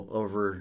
over